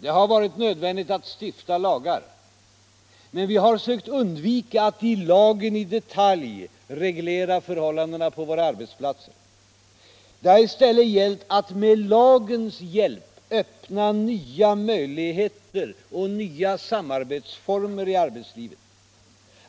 Det har varit nödvändigt att stifta lagar. Men vi har sökt undvika att i lagen i detalj reglera förhållandena på våra arbetsplatser. Det har i stället gällt att med lagens hjälp öppna nya möjligheter och nya samarbetsformer i arbetslivet,